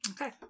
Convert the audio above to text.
Okay